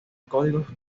códigos